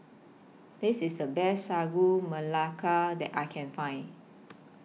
This IS The Best Sagu Melaka that I Can Find